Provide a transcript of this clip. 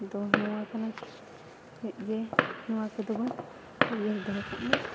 ᱫᱚ ᱱᱚᱣᱟ ᱠᱟᱱᱟ ᱡᱮ ᱱᱚᱣᱟ ᱠᱚᱫᱚᱵᱚᱱ ᱩᱭᱦᱟᱹᱨ ᱫᱚᱦᱚ ᱠᱟᱜᱼᱢᱟ